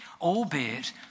albeit